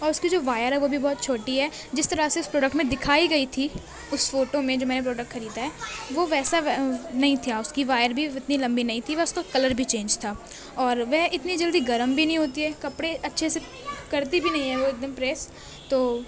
اور اس کی جو وایر ہے وہ بھی بہت چھوٹی ہے جس طرح سے اس پروڈکٹ میں دکھائی گئی تھی اس فوٹو میں جو میں نے پروڈکٹ خریدا ہے وہ ویسا نہیں تھا اس کی وایر بھی اتنی لمبی نہیں تھی اور اس کا کلر بھی چینج تھا اور وہ اتنی جلدی گرم بھی نہیں ہوتی ہے کپڑے اچھے سے کرتی بھی نہیں ہے وہ ایک دم پریس تو